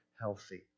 healthy